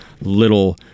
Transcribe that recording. little